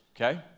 Okay